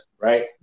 right